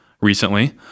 recently